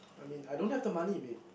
I mean I don't have the money babe